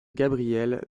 gabriel